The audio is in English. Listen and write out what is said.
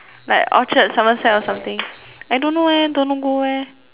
like Orchard Somerset or something I don't know leh don't know go where